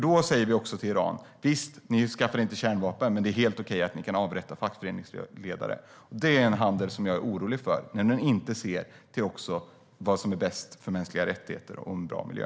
Då säger vi också till Iran: Visst, ni skaffar inte kärnvapen, men det är helt okej att ni avrättar fackföreningsledare. Det är en sådan handel som jag är orolig för, när man inte ser till vad som är bäst för mänskliga rättigheter och en god miljö.